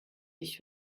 ich